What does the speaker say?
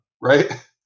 right